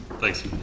Thanks